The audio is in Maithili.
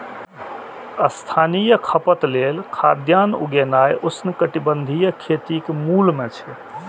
स्थानीय खपत लेल खाद्यान्न उगेनाय उष्णकटिबंधीय खेतीक मूल मे छै